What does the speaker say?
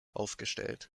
aufgestellt